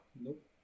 Nope